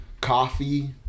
coffee